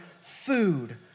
food